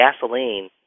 gasoline